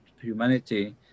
humanity